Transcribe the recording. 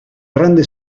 grande